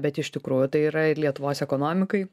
bet iš tikrųjų tai yra ir lietuvos ekonomikai